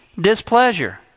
displeasure